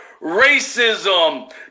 racism